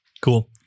Cool